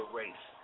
race